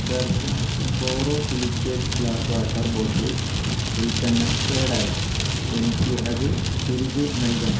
Bergner borosilicate glass water bottle ഉൽപ്പന്നം കേടായി എനിക്ക് അത് തിരികെ നൽകണം